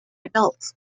adults